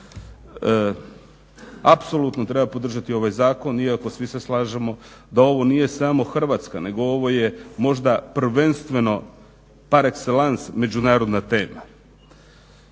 Apsolutno treba podržati ovaj zakon iako svi se slažemo da ovo nije samo Hrvatska, nego ovo je možda prvenstveno par excellence međunarodna tema.